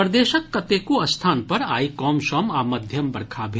प्रदेशक कतेको स्थान पर आइ कमसम आ मध्यम बरखा भेल